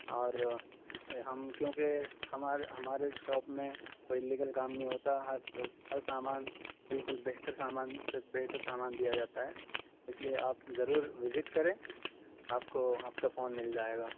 اور ہم کیونکہ ہمارے ہمارے شاپ میں کوئی الّیگل کام نہیں ہوتا ہر ہر سامان بالکل بہتر سامان سے بہتر سامان دیا جاتا ہے اس لیے آپ ضرور وزٹ کریں آپ کو آپ کا فون مل جائے گا